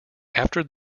after